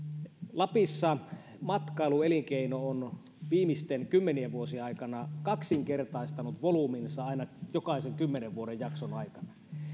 lapissa matkailuelinkeino on viimeisten kymmenien vuosien aikana kaksinkertaistanut volyyminsa aina jokaisen kymmenen vuoden jakson aikana